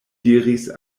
diris